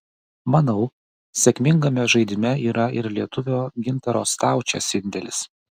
manau sėkmingame žaidime yra ir lietuvio gintaro staučės indėlis